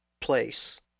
place